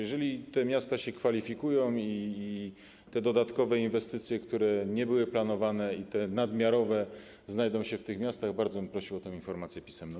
Jeżeli te miasta się kwalifikują i dodatkowe inwestycje, które nie były planowane, te nadmiarowe znajdą się w tych miastach, bardzo bym prosił o informację pisemną.